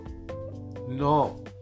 no